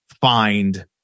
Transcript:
find